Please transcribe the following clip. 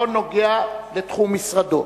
נוגע לתחום משרדו.